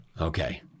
Okay